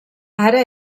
ara